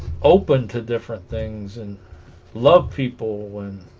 open to different things and love people when